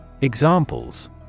Examples